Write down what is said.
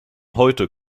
heute